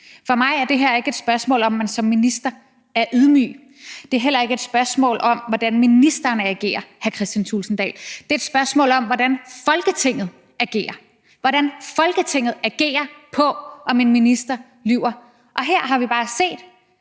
For mig er det her ikke et spørgsmål om, at man som minister er ydmyg. Det er heller ikke et spørgsmål om, hvordan ministeren agerer, hr. Kristian Thulesen Dahl. Det er et spørgsmål om, hvordan Folketinget agerer, altså hvordan Folketinget agerer, i forhold til om en minister lyver. Her har vi bare set,